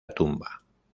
tumba